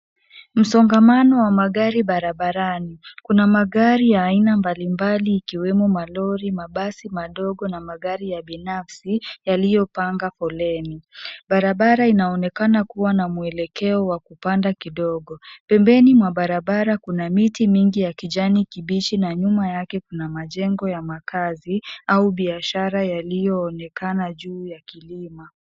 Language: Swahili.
Msongamano wa magari barabarani. Kuna magari ya aina mbalimbali ikiwemo malori , mabasi madogo na magari ya binafsi yaliyopanga foleni. Barabara inaonekana kuwa na mwelekeo wa kupanda kidogo. Pembeni mwa barabara kuna miti mingi ya kijani kibichi na nyuma yake kuna majengo ya makazi au biashara yaliyoonekana juu ya kilima.